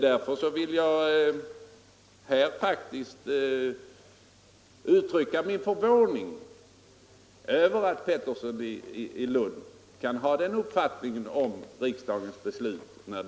Därför vill jag uttrycka min för — Nr 136 våning över att herr Pettersson i Lund kan ha den här uppfattningen Torsdagen den om innebörden av utskottets förslag.